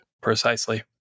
Precisely